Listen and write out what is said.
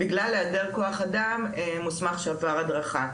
בגלל היעדר כוח אדם מוסמך שעבר הדרכה.